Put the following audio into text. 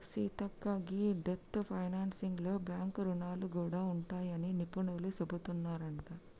సీతక్క గీ డెబ్ట్ ఫైనాన్సింగ్ లో బాంక్ రుణాలు గూడా ఉంటాయని నిపుణులు సెబుతున్నారంట